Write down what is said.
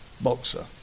boxer